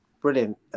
brilliant